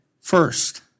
first